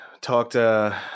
talked